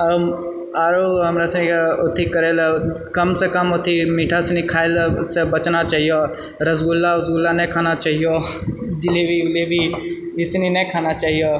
आओरो हमरा सभके अथी करयलय कमसँ कम अथी मीठा सनिक खाय लय सँ बचना चाही रसगुल्ला असगुला नहि खाना चाहीओ जिलेबी इलेबी नहि खाना चाहीओ